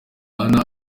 anna